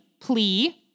plea